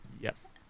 yes